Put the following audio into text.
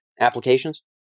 applications